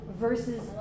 Versus